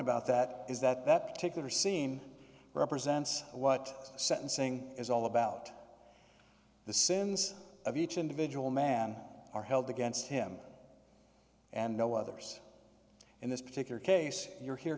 about that is that that particular scene represents what the sentencing is all about the sins of each individual man are held against him and no others in this particular case you're here